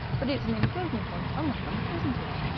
but it's an improvement on some of them, isn't it?